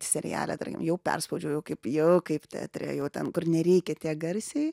seriale tarkim jau perspaudžiau jau kaip jau kaip teatre jau ten kur nereikia tiek garsiai